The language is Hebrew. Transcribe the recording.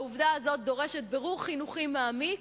העובדה הזאת דורשת בירור חינוכי מעמיק.